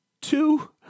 two